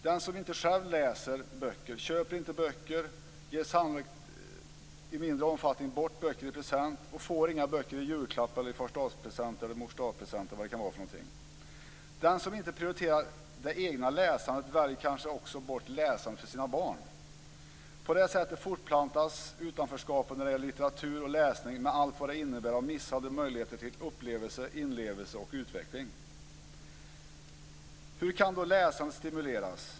Den som inte själv läser böcker köper inte böcker, ger sannolikt i mindre omfattning bort böcker i present och får inga böcker i julklapp, farsdagspresent eller morsdagspresent. Den som inte prioriterar det egna läsandet väljer kanske också bort läsandet för sina barn. På det sätter fortplantas utanförskapet när det gäller litteratur och läsning med allt vad det innebär av missade möjligheter till upplevelse, inlevelse och utveckling. Hur kan då läsandet stimuleras?